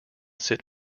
sit